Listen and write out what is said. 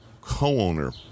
co-owner